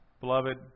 Beloved